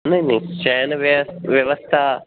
नै नै शयनव्यवस्था